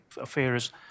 affairs